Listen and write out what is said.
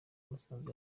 musanze